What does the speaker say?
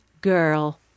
girl